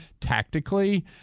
tactically